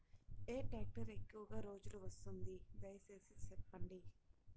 ఏ tractor ఎక్కువగా రోజులు వస్తుంది, దయసేసి చెప్పండి?